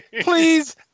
Please